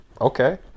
okay